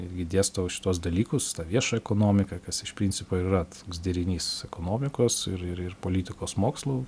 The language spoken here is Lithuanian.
irgi dėstau šituos dalykus tą viešą ekonomiką kas iš principo ir yra toks derinys ekonomikos ir ir politikos mokslų